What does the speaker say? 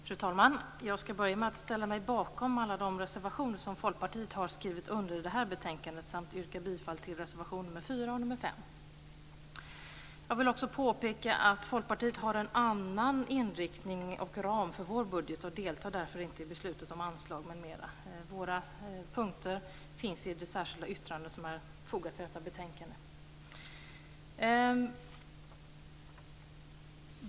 Fru talman! Jag börjar med att ställa mig bakom alla de reservationer som Folkpartiet har skrivit under i det här betänkandet samt yrka bifall till reservationerna nr 4 och nr 5. Jag vill också påpeka att Folkpartiet har en annan inriktning och ram för budgeten och deltar därför inte i beslutet om anslag m.m. Våra punkter finns i det särskilda yttrande som är fogat till detta betänkande.